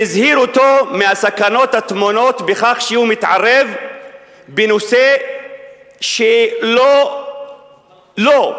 והזהיר אותו מהסכנות הטמונות בכך שהוא מתערב בנושא לא לו.